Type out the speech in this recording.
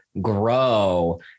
grow